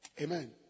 Amen